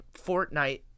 Fortnite